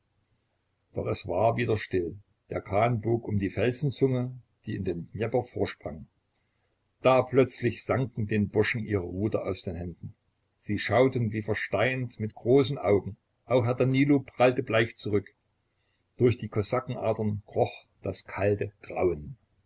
doch es war wieder still der kahn bog um die felsenzunge die in den dnjepr vorsprang da plötzlich sanken den burschen ihre ruder aus den händen sie schauten wie versteint mit großen augen auch herr danilo prallte bleich zurück durch die kosakenadern kroch das kalte grauen